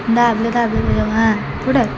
दाबलं दाबलं त्याच्यावर हां पुढं